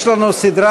יש לנו סדרה של,